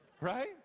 Right